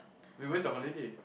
wait when's your holiday